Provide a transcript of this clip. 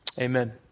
amen